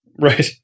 Right